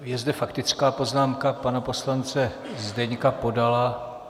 Je zde faktická poznámka pana poslance Zdeňka Podala.